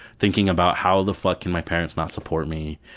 thinking about how the fuck can my parents not support me?